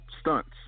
stunts